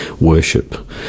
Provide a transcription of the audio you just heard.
worship